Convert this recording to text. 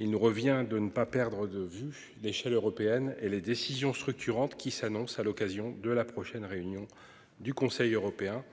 il nous revient de ne pas perdre de vue l'échelle européenne et les décisions structurantes qui s'annonce à l'occasion de la prochaine réunion du Conseil européen.